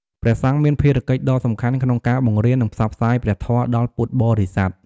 ព្រះសង្ឃមានភារកិច្ចដ៏សំខាន់ក្នុងការ បង្រៀន និងផ្សព្វផ្សាយព្រះធម៌ ដល់ពុទ្ធបរិស័ទ។